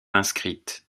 inscrite